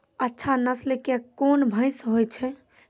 अच्छा नस्ल के कोन भैंस होय छै?